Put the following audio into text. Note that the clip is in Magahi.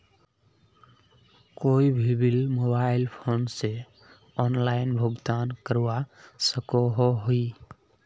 कोई भी बिल मोबाईल फोन से ऑनलाइन भुगतान करवा सकोहो ही?